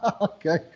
Okay